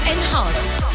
Enhanced